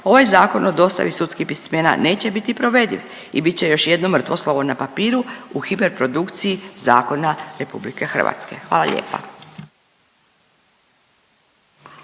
ovaj Zakon o dostavi sudskih pismena neće biti provediv i bit će još jedno mrtvo slovo na papiru u hiperprodukciji zakona RH. Hvala lijepa.